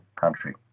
country